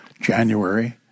January